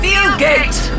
Fieldgate